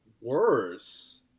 worse